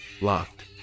locked